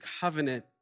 covenant